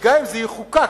שגם אם זה יחוקק